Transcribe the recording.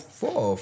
four